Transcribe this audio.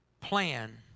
plan